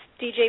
DJ